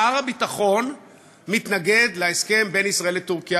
שר הביטחון מתנגד להסכם בין ישראל לטורקיה,